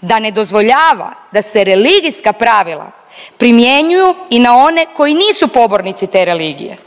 da ne dozvoljava da se religijska pravila primjenjuju i na one koji nisu pobornici te religije.